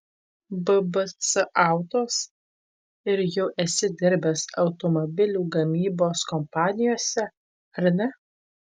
bbc autos ir jau esi dirbęs automobilių gamybos kompanijose ar ne